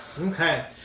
Okay